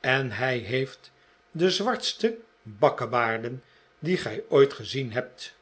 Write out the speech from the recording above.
en hij heeft de zwartste bakkebaarden die gij ooit gezien hebt